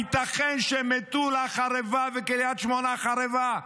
הייתכן שמטולה חרבה וקריית שמונה חרבה?